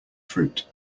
fruit